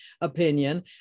opinion